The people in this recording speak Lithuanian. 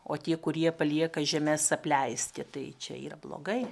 o tie kurie palieka žemes apleisti tai čia yra blogai